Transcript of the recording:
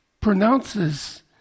pronounces